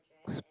s~